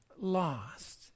lost